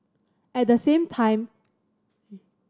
at the same time